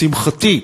לשמחתי,